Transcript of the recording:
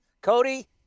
Cody